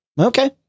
Okay